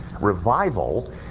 revival